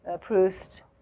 Proust